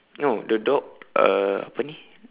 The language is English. no the dog uh apa ini